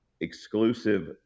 exclusive